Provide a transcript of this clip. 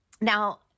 Now